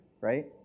right